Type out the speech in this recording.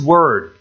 Word